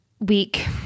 week